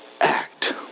act